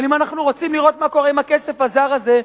אבל אם אנחנו רוצים לראות מה קורה עם הכסף הזר הזה,